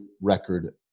record